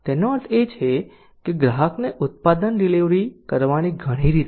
તેનો અર્થ એ કે ગ્રાહકને ઉત્પાદન ડીલીવરી કરવાની ઘણી રીતો છે